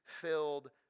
filled